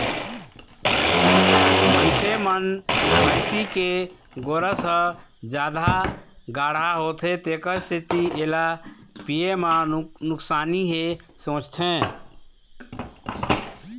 मनखे मन भइसी के गोरस ह जादा गाड़हा होथे तेखर सेती एला पीए म नुकसानी हे सोचथे